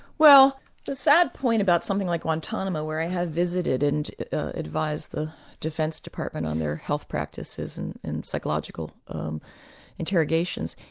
well the sad point about something like guantanomo where i had visited and advised the defence department on their health practices and and psychological um interrogations,